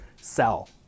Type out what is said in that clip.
sell